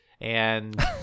and-